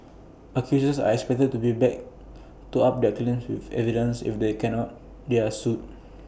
accusers are expected to be back to up their claims with evidence if they cannot they are sued